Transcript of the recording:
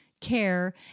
care